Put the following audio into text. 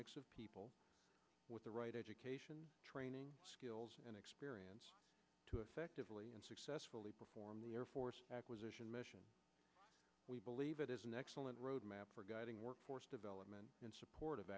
mix of people with the right education training skills and experience to effectively and successfully perform the air force acquisition mission we believe it is an excellent roadmap for guiding workforce development and supportive